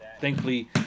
thankfully